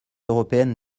européenne